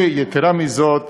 ויתרה מזאת,